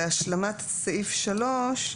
להשלמת סעיף 3,